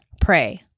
pray